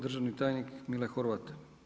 Držani tajnik Mile Horvat.